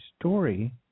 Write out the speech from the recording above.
story